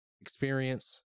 experience